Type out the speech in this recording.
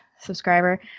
subscriber